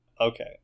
Okay